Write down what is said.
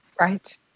Right